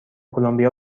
کلمبیا